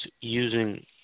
using